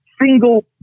single